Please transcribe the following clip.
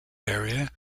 area